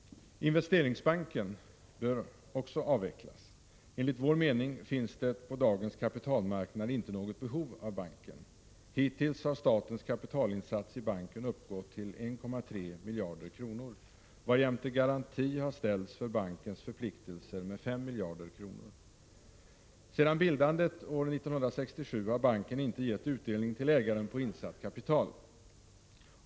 Investeringsbanken bör avvecklas. Enligt vår mening finns det på dagens kapitalmarknad inte något behov av banken. Hittills har statens kapitalinsats i banken uppgått till 1,3 miljarder kronor, varjämte garanti har ställts för bankens förpliktelser med 5 miljarder kronor. Sedan bildandet år 1967 har banken inte gett utdelning till ägaren på insatt kapital.